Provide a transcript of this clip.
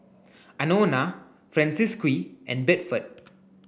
Anona Francisqui and Bedford